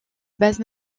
base